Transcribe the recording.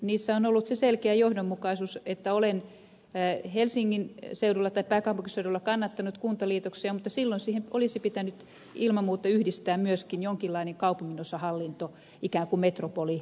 niissä on ollut se selkeä johdonmukaisuus että olen helsingin seudulla tai pääkaupunkiseudulla kannattanut kuntaliitoksia mutta silloin siihen olisi pitänyt ilman muuta yhdistää myöskin jonkinlainen kaupunginosahallinto ikään kuin metropolimalli